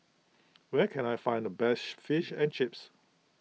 where can I find the best Fish and Chips